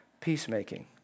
peacemaking